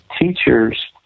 teachers